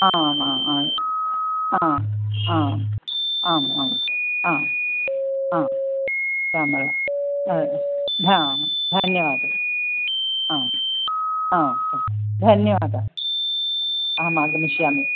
आम् आम् आ आम् आम् आम् आम् आम् आम् रामरा अ आ धन्यवादः आ आ धन्यवादः अहम् आगमिष्यामि